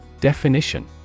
Definition